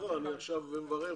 אני רוצה לברך גם